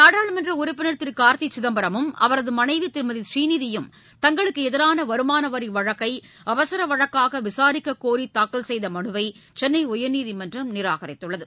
நாடாளுமன்ற உறுப்பினர் திரு கார்த்தி சிதம்பரமும் அவரது மனைவி திருமதி ப்ரீநிதி யும் தங்களுக்கு எதிரான வருமான வரி வழக்கை அவசர வழக்காக விசாரிக்கக் கோரி தாக்கல் செய்த மனுவை சென்னை உயர்நீதிமன்றம் நிராகரித்துள்ளது